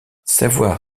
savoir